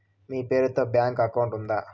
మీ పేరు తో bank account ఉందా?